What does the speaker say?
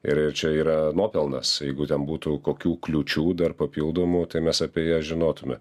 ir čia yra nuopelnas jeigu ten būtų kokių kliūčių dar papildomų tai mes apie ją žinotume